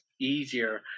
easier